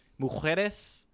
mujeres